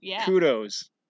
kudos